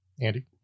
Andy